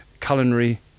culinary